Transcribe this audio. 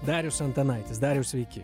darius antanaitis dariau sveiki